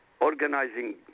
Organizing